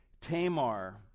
Tamar